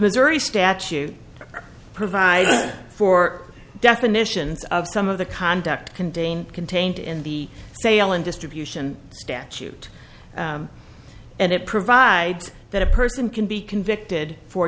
missouri statute provides for definitions of some of the conduct contained contained in the sale and distribution statute and it provides that a person can be convicted for